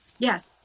Yes